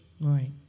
Right